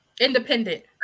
Independent